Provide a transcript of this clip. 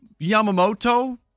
Yamamoto